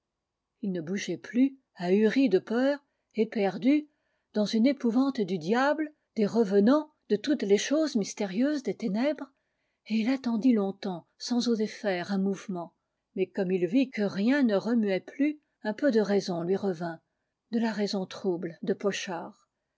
ii ne bougeait plus ahuri de peur éperdu dans une épouvante du diable des revenants de toutes les choses mystérieuses des ténèbres et il attendit longtemps sans oser faire un mouvement mais comme il vit que rien ne remuait plus un peu de raison lui revint de la raison trouble de pochard